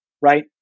right